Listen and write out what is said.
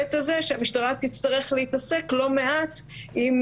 בהיבט הזה שהמשטרה תצטרך להתעסק לא מעט עם